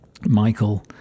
michael